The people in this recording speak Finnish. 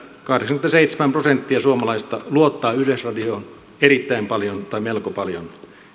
kahdeksankymmentäseitsemän prosenttia suomalaisista luottaa yleisradioon erittäin paljon tai melko paljon